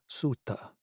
Sutta